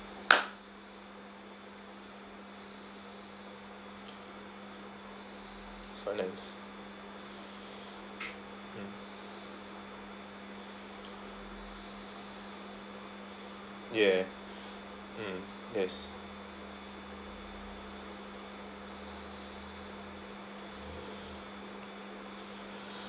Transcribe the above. finance mm ya mm yes